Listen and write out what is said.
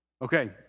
Okay